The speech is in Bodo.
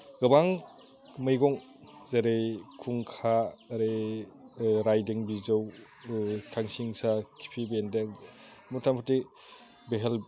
गोबां मैगं जेरै खुंखा ओरै रायदों बिजौ खांसिंसा खिफि बेन्दों मथामथि बेहेल